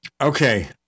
Okay